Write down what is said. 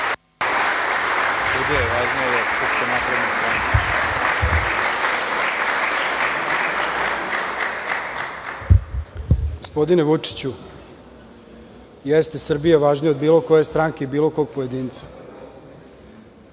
Srbija važnija od bilo koje stranke i bilo kog pojedinca,